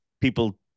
People